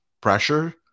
pressure